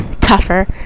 tougher